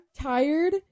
tired